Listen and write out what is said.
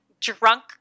drunk